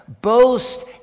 Boast